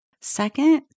Second